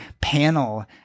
panel